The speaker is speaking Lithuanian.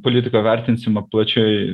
politiką vertinsime plačiai